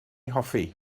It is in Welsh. hoffi